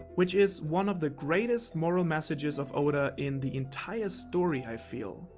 which is one of the greatest moral messages of oda in the entire story i feel.